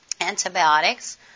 antibiotics